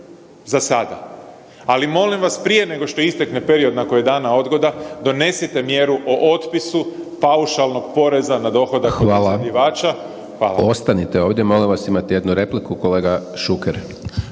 za sada, ali molim vas prije nego što istekne period na koji je dana odgoda donesite mjeru o otpisu paušalnog poreza na dohodak od iznajmljivača. **Hajdaš Dončić, Siniša (SDP)** Hvala. Ostanite ovdje molim vas, imate jednu repliku. Kolega Šuker.